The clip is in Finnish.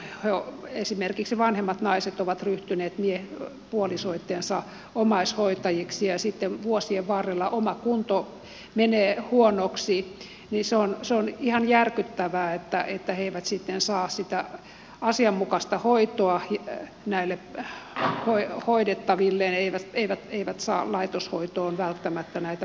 silloin kun esimerkiksi vanhemmat naiset ovat ryhtyneet puolisoittensa omaishoitajiksi ja sitten vuosien varrella oma kunto menee huonoksi niin se on ihan järkyttävää että he eivät sitten saa sitä asianmukaista hoitoa näille hoidettavilleen eivät saa laitoshoitoon välttämättä näitä puolisoita